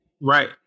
Right